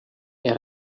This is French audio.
est